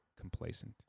complacent